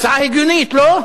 הצעה הגיונית, לא?